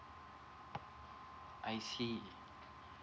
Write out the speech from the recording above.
I see